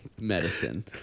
medicine